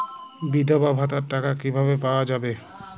বিধবা ভাতার টাকা কিভাবে পাওয়া যাবে?